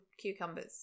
cucumbers